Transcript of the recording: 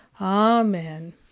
Amen